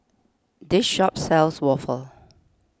this shop sells Waffle